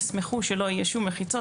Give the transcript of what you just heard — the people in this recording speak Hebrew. המגדלים ישמחו שלא יהיו כל מחיצות.